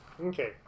Okay